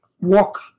walk